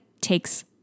takes